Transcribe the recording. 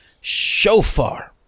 shofar